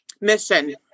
mission